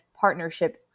partnership